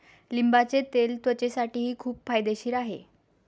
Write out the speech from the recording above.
लिंबाचे तेल त्वचेसाठीही खूप फायदेशीर आहे